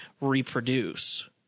reproduce